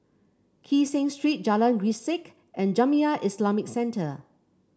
Kee Seng Street Jalan Grisek and Jamiyah Islamic Centre